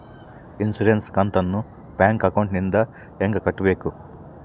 Insurance ಕಂತನ್ನ bank ಅಕೌಂಟಿಂದ ಹೆಂಗ ಕಟ್ಟಬೇಕು?